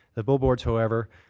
the billboards, however,